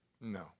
No